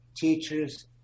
teachers